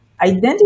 identity